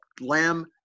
lamb